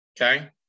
Okay